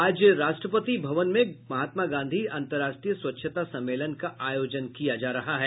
आज राष्ट्रपति भवन में महात्मा गांधी अंतर्राष्ट्रीय स्वच्छता सम्मेलन का आयोजन किया जा रहा है